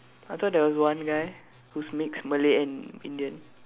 I thought there was one guy who's mixed Malay and Indian